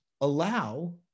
allow